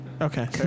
Okay